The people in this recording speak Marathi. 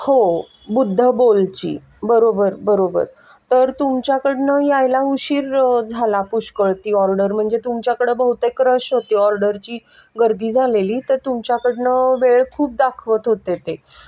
हो बुद्ध बोलची बरोबर बरोबर तर तुमच्याकडून यायला उशीर झाला पुष्कळ ती ऑर्डर म्हणजे तुमच्याकडं बहुतेक रश होती ऑर्डरची गर्दी झालेली तर तुमच्याकडून वेळ खूप दाखवत होते ते